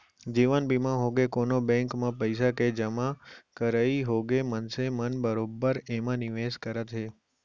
जीवन बीमा होगे, कोनो बेंक म पइसा के जमा करई होगे मनसे मन बरोबर एमा निवेस करत हे